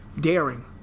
daring